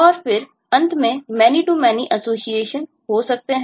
और फिर अंत में many to many एसोसिएशन हो सकते हैं